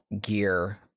gear